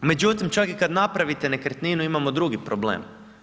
Međutim čak i kad napravite nekretninu, imamo drugi problem.